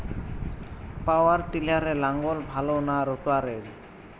পাওয়ার টিলারে লাঙ্গল ভালো না রোটারের?